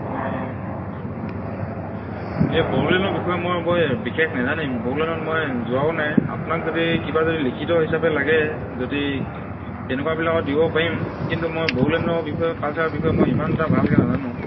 অঁ এই বড়োলেণ্ডৰ বিষয়ে মই বৰ বিশেষ নেজানিম বড়োলেণ্ডত মই যোৱাও নাই আপোনাক যদি কিবা যদি লিখিত হিচাপে লাগে যদি তেনেকুৱাবিলাকত দিব পাৰিম কিন্তু মই বড়োলেণ্ডৰ বিষয়ে কালচাৰৰ বিষয়ে মই ইমানটা ভালকে নাজানো